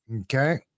okay